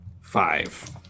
five